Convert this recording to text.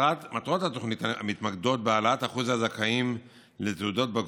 מטרות התוכנית מתמקדות בהעלאת שיעור הזכאים לתעודת בגרות,